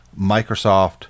Microsoft